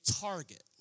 target